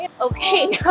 Okay